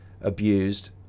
abused